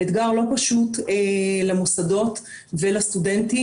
אתגר לא פשוט למוסדות ולסטודנטים.